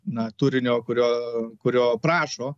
na turinio kurio kurio prašo